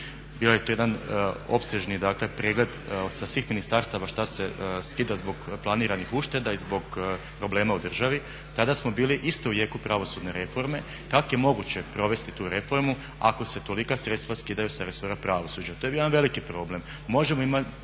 Bio je to jedan opsežni dakle pregled sa svih ministarstava što se skida zbog planiranih ušteda i zbog problema u državi. Tada smo bili isto u jeku pravosudne reforme. Kako je moguće provesti tu reformu ako se tolika sredstva skidaju s resora pravosuđa? To je bio jedan veliki problem. Možemo imati